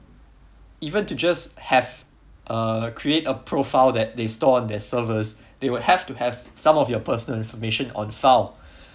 even to just have uh create a profile that they store on their servers they will have to have some of your personal informations on file